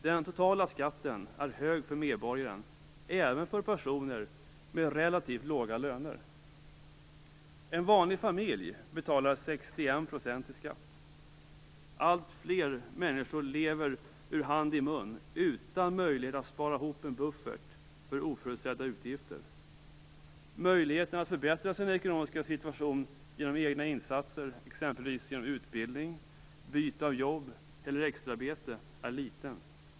Den totala skatten är hög för medborgaren, även för personer med relativt låga löner. En vanlig familj betalar 61 % i skatt. Alltfler människor lever ur hand i mun utan möjlighet att spara ihop en buffert för oförutsedda utgifter. Möjligheten att förbättra sin ekonomiska situation genom egna insatser, exempelvis genom utbildning, byte av jobb eller extraarbete, är liten.